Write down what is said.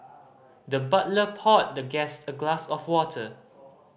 the butler poured the guest a glass of water